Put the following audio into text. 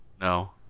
no